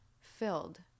filled